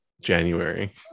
January